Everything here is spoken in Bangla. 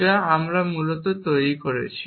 যা আমরা মূলত তৈরি করেছি